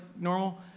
normal